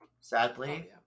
Sadly